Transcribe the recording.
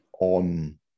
on